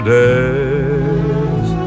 days